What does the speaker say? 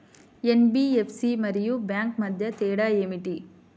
NBFC మరియు bank మధ్య తేడా ఏమిటి?